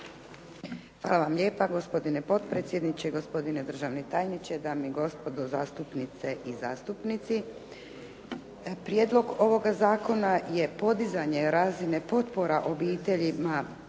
Hvala vam lijepa. Gospodine potpredsjedniče i gospodine državni tajniče, dame i gospodo zastupnice i zastupnici. Prijedlog ovoga zakona je podizanje potpora obiteljima